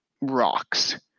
rocks